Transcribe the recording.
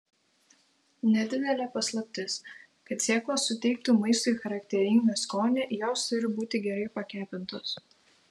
nedidelė paslaptis kad sėklos suteiktų maistui charakteringą skonį jos turi būti gerai pakepintos